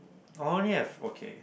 only have okay